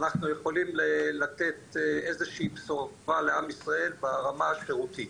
אנחנו יכולים לתת איזה שהיא בשורה לעם ישראל ברמה השירותית.